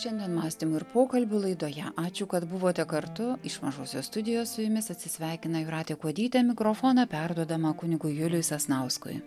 šiandien mąstymų ir pokalbių laidoje ačiū kad buvote kartu iš mažosios studijos su jumis atsisveikina jūratė kuodytė mikrofoną perduodama kunigui juliui sasnauskui